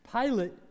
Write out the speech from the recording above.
Pilate